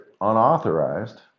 unauthorized